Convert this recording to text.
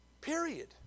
Period